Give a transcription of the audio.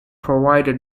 provide